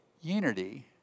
unity